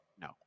no